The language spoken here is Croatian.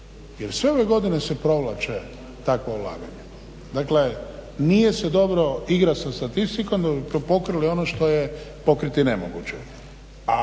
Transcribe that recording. jer sve ove godine se provlače takva ulaganja. Dakle, nije se dobro igrat sa statistikom da bi pokrili oni što je pokriti nemoguće.